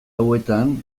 hauetan